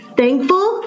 thankful